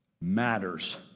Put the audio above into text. matters